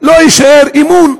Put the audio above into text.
לא יישאר לה אמון,